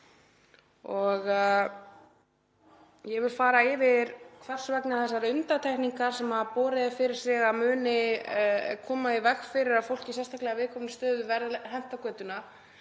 Ég vil fara yfir hvers vegna þessar undantekningar, sem menn bera fyrir sig að muni koma í veg fyrir að fólk í sérstaklega viðkvæmri stöðu verði hent á götuna,